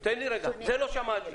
את זה לא שמעתי.